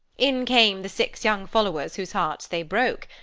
in came the six young followers whose hearts they broke.